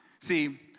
See